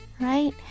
right